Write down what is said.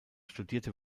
studierte